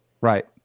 Right